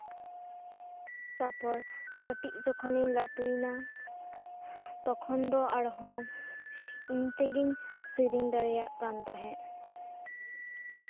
ᱛᱟᱯᱚᱨ ᱠᱟᱹᱴᱤᱡ ᱡᱚᱠᱷᱚᱱᱤᱧ ᱞᱟᱹᱴᱩᱭᱮᱱᱟ ᱛᱚᱠᱷᱚᱱ ᱫᱚ ᱟᱨᱦᱚᱸ ᱤᱧ ᱛᱮᱜᱤᱧ ᱥᱮᱨᱮᱧ ᱫᱟᱲᱮᱭᱟᱜ ᱠᱟᱱ ᱛᱟᱦᱮᱫ